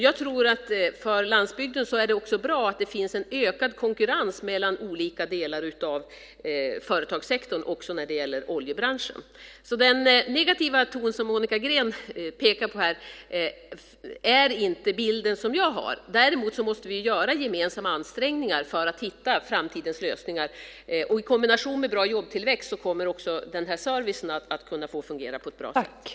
Jag tror att det för landsbygden också är bra att det finns en ökad konkurrens mellan olika delar av företagssektorn, också när det gäller oljebranschen. Så den negativa ton som Monica Green pekar på här är inte den bild som jag har. Däremot måste vi göra gemensamma ansträngningar för att hitta framtidens lösningar. I kombination med bra jobbtillväxt kommer också den här servicen att kunna fungera på ett bra sätt.